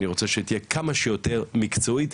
אני רוצה שתהיה כמה שיותר מקצועית,